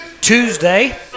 Tuesday